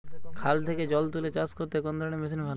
খাল থেকে জল তুলে চাষ করতে কোন ধরনের মেশিন ভালো?